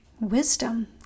wisdom